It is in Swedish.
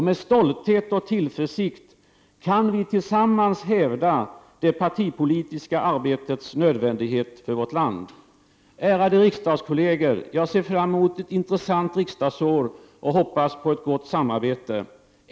Med stolthet och tillförsikt kan vi tillsammans hävda det partipolitiska arbetets nödvändighet för vårt land. Ärade riksdagskolleger! Jag ser fram emot ett intressant riksdagsår och hoppas på ett gott samarbete.